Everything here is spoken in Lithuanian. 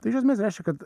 tai iš esmės reiškia kad